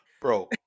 Bro